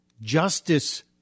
Justice